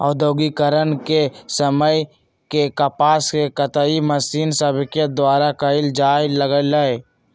औद्योगिकरण के समय से कपास के कताई मशीन सभके द्वारा कयल जाय लगलई